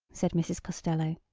said mrs. costello.